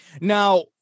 Now